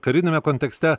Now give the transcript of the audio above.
kariniame kontekste